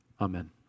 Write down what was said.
Amen